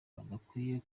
badakwiye